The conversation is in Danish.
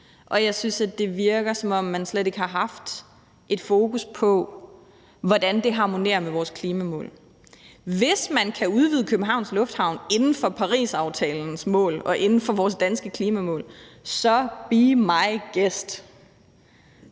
og jeg synes, det virker, som om man slet ikke har haft et fokus på, hvordan det harmonerer med vores klimamål. Hvis man kan udvide Københavns Lufthavn inden for Parisaftalens mål og inden for vores danske klimamål, så be my guest